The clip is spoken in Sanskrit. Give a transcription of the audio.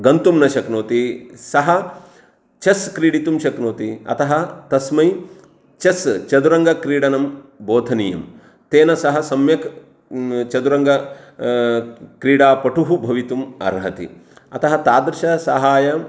गन्तुं न शक्नोति सः चेस् क्रीडितुं शक्नोति अतः तस्मै चेस् चतुरङ्गक्रीडनं बोधनीयं तेन सह सम्यक् चतुरङ्ग क्रीडापटुः भवितुम् अर्हति अतः तादृशं सहाय्यम्